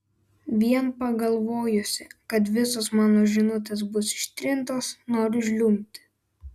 vien pagalvojusi kad visos mano žinutės bus ištrintos noriu žliumbti